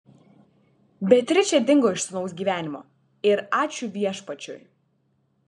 beatričė dingo iš sūnaus gyvenimo ir ačiū viešpačiui